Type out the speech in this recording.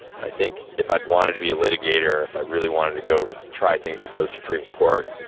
i think if i'd wanted to be a litigator, if i really wanted to go try things before the supreme court,